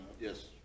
Yes